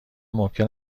ممکن